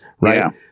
Right